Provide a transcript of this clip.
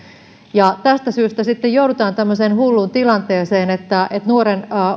tästä syystä sitten joudutaan tämmöiseen hulluun tilanteeseen että nuoren